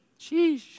Sheesh